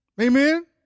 Amen